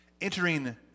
entering